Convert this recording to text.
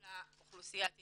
לפי אוכלוסיות היעד.